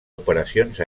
operacions